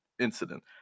incident